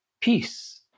peace